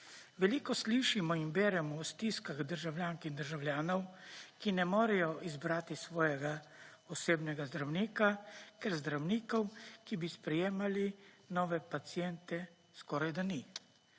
Veliko slišimo in beremo o stiskah državljank in državljanov, ki ne morejo izbrati svojega osebnega zdravnika, ker zdravnikov, ki bi sprejemali nove paciente, skorajda ni.